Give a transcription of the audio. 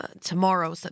tomorrow